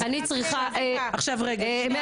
לא